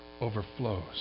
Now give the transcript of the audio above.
overflows